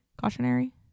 cautionary